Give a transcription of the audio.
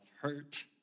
hurt